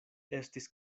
estis